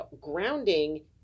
Grounding